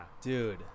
Dude